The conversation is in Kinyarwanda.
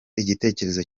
igitekerezo